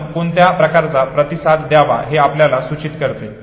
आपण कोणत्या प्रकारचा प्रतिसाद द्यावा हे आपल्याला सूचित करते